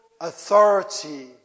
authority